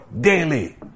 daily